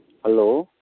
hello